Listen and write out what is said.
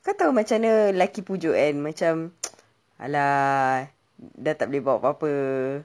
kau tahu macam mana lelaki pujuk kan macam !alah! dah tak boleh buat apa-apa